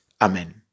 Amen